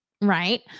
right